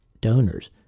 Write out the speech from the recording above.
donors